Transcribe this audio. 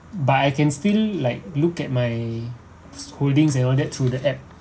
but I can still like look at my holdings and all that through the app